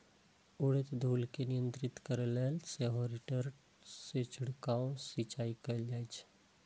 उड़ैत धूल कें नियंत्रित करै लेल सेहो रोटेटर सं छिड़काव सिंचाइ कैल जाइ छै